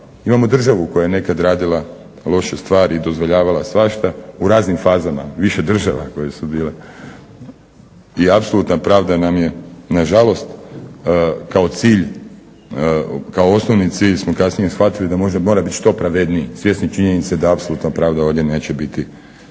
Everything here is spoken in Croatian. imamo državu koja je nekad radila loše stvari i dozvoljavala svašta u raznim fazama, više država koje su bile. I apsolutna pravda nam je nažalost kao cilj, kao osnovni cilj smo kasnije shvatili da mora biti što pravedniji svjesni činjenice da apsolutna pravda ovdje neće biti